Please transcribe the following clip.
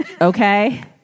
Okay